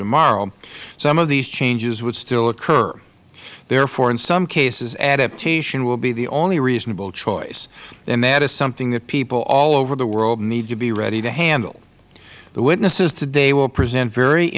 tomorrow some of these changes would still occur therefore in some cases adaptation will be the only reasonable choice and that is something that people all over the world need to be ready to handle the witnesses today will present very